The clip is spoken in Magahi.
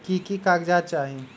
की की कागज़ात चाही?